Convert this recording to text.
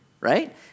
right